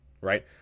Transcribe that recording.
right